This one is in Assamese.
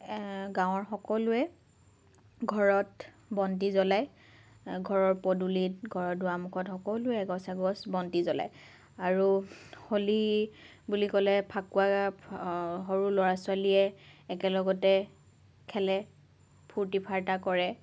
গাঁৱৰ সকলোৱে ঘৰত বন্তি জ্বলায় ঘৰৰ পদূলিত ঘৰৰ দুৱাৰমূখত সকলোৱে এগছ এগছ বন্তি জ্বলায় আৰু হলি বুলি ক'লে ফাকুৱা সৰু ল'ৰা ছোৱালীয়ে একেলগতে খেলে ফুৰ্তি ফাৰ্টা কৰে